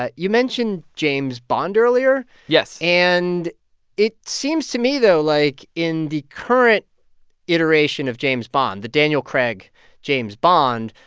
ah you mentioned james bond earlier yes and it seems to me, though, like, in the current iteration of james bond, the daniel craig james bond,